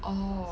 oh